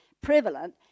prevalent